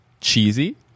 cheesy